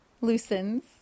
loosens